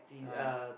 yeah